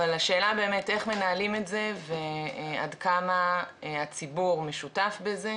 אבל השאלה באמת איך מנהלים את זה ועד כמה הציבור משותף בזה,